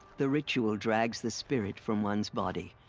the ritual drags the spirit from one's body.